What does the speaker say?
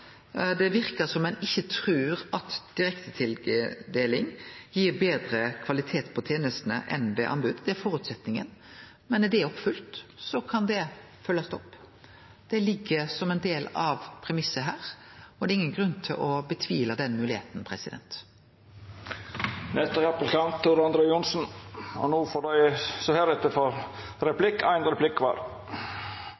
Det verkar som ein ikkje trur at direktetildeling gir betre kvalitet på tenestene enn ved anbod. Det er føresetnaden, og når det er oppfylt, kan det følgjast opp. Det ligg som ein del av premissen her, og det er ingen grunn til å tvile på den moglegheita. Vi i Fremskrittspartiet er glad i veier, og